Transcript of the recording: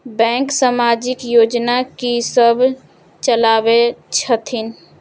Bank समाजिक योजना की सब चलावै छथिन?